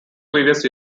previous